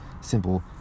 simple